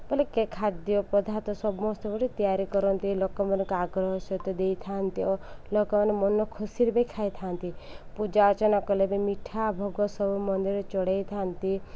ବଲେ ଖାଦ୍ୟ ପଦାର୍ଥ ସମସ୍ତେ ବୋଲି ତିଆରି କରନ୍ତି ଲୋକମାନଙ୍କୁ ଆଗ୍ରହ ସହିତ ଦେଇଥାନ୍ତି ଓ ଲୋକମାନେ ମନ ଖୁସିରେ ବି ଖାଇଥାନ୍ତି ପୂଜା ଅର୍ଚ୍ଚନା କଲେ ବି ମିଠା ଭୋଗ ସବୁ ମନ୍ଦିରରେ ଚଢ଼ାଇଥାନ୍ତି